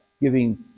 giving